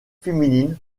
féminine